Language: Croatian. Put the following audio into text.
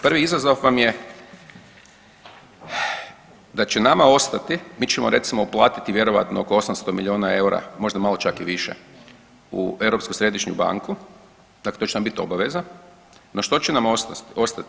Prvi izazova vam je da će nama ostati, mi ćemo recimo uplatiti vjerojatno oko 800 milijuna eura, možda malo čak i više u Europsku središnju banku, dakle to će nema biti obaveza, no što će nam ostati?